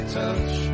touch